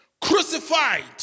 crucified